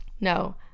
No